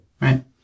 Right